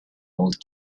old